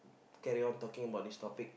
carry on talking about this topic